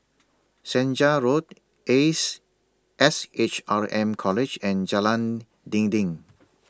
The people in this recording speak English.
Senja Road Ace S H R M College and Jalan Dinding